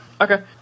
Okay